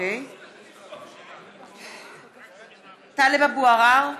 (קוראת בשמות חברי הכנסת) טלב אבו עראר,